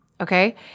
okay